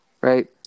Right